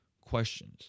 questions